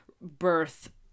birth